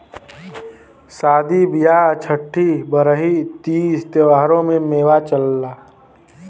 सादी बिआह छट्ठी बरही तीज त्योहारों में मेवा चलला